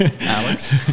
Alex